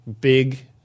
big